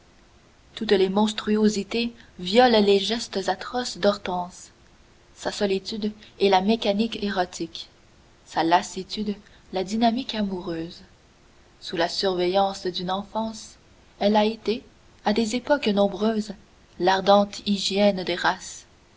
toutes les monstruosités violent les gestes atroces d'hortense sa solitude est la mécanique érotique sa lassitude la dynamique amoureuse sous la surveillance d'une enfance elle a été à des époques nombreuses l'ardente hygiène des races